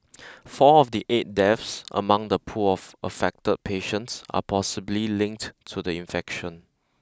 four of the eight deaths among the pool of affected patients are possibly linked to the infection